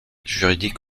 juridique